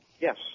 Yes